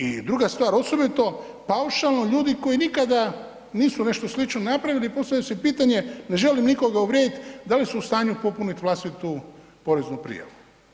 I druga stvar osobito paušalno ljudi koji nikada nisu nešto slično napravili, postavlja se pitanje ne želim nikoga uvrijedit, da li su u stanju popunit vlastitu poreznu prijavu?